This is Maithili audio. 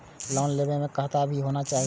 लोन लेबे में खाता भी होना चाहि?